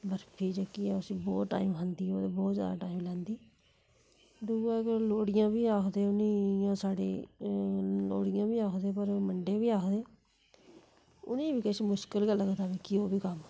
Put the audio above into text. बर्फी जेह्की ऐ उसी बोह्त टाइम खंदी ओह् बोह्त ज्यादा टाइम लैंदी दुए कोई लुड़ियां बी आखदे उ'यां उ'नेंगी साढ़ै लुड़ियां बी आखदे पर मंडे बी आखदे उ'नेंगी बी किश मुश्कल गै लगदा मिगी ओह् बी कम्म